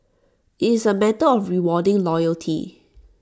IT is A matter of rewarding loyalty